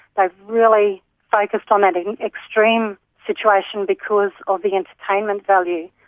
they've really focused on that and and extreme situation because of the entertainment value,